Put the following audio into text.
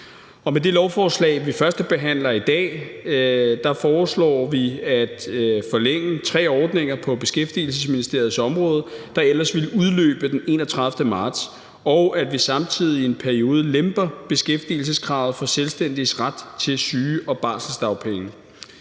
Med det lovforslag, vi førstebehandler i dag, foreslår vi at forlænge tre ordninger på Beskæftigelsesministeriets område, der ellers ville udløbe den 31. marts, og at vi samtidig i en periode lemper beskæftigelseskravet for selvstændiges ret til syge- og barselsdagpenge.